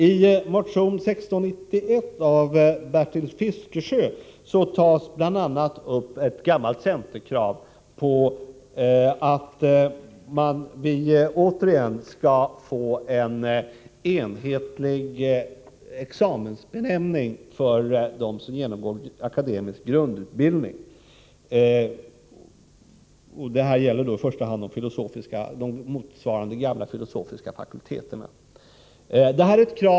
I motion 1691 av Bertil Fiskesjö tas bl.a. upp ett gammalt centerkrav att vi återigen skall få en enhetlig examensbenämning för dem som genomgått akademisk grundutbildning. Detta gäller i första hand de sektorer inom universiteten som motsvarar de gamla filosofiska fakulteterna.